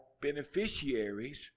beneficiaries